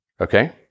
Okay